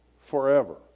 forever